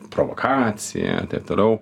provokacija taip toliau